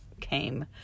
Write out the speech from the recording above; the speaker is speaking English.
came